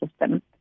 system